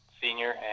senior